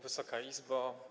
Wysoka Izbo!